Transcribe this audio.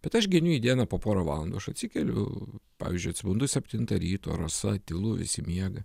bet aš geniu į dieną po porą valandų aš atsikeliu pavyzdžiui atsibundu septintą ryto rasa tylu visi miega